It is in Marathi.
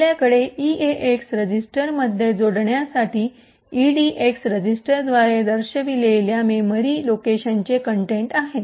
आपल्याकडे इएएक्स रजिस्टरमध्ये जोडण्यासाठी इडीएक्स रजिस्टरद्वारे दर्शविलेल्या मेमरी लोकेशन चे कंटेंट आहे